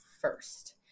first